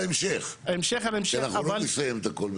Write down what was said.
ההמשך כי אנחנו לא נסיים את הכול בבת אחת.